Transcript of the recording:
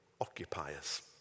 occupiers